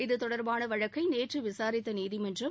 இதுதொடர்பான வழக்கை நேற்று விசாரித்த நீதிமன்றம்